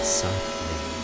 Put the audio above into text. softly